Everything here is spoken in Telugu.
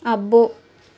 అబ్బో